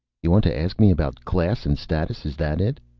you want to ask me about class and status? is that it?